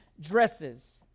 dresses